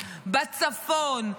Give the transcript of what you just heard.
בצפון,